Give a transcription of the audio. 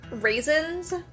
raisins